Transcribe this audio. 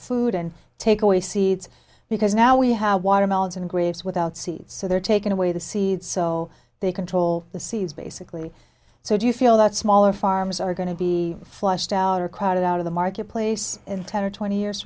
food and take away seeds because now we have watermelons and grapes without seeds so they're taking away the seeds so they control the seeds basically so do you feel that smaller farms are going to be flushed out or crowded out of the marketplace in ten or twenty years